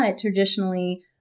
traditionally